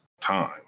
time